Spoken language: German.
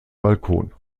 balkon